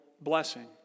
blessing